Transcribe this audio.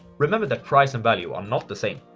remember that price and value are not the same.